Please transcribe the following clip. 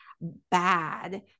bad